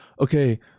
okay